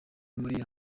muri